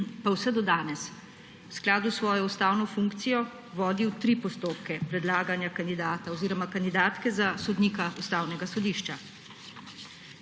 pa vse do danes v skladu s svojo ustavno funkcijo vodil tri postopke predlaganja kandidatov oziroma kandidatke za sodnika Ustavnega sodišča.